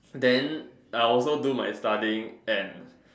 then I also do my studying and